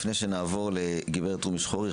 לפני שנעבור לגברת רומי שחורי,